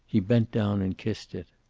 he bent down and kissed it.